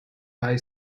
buy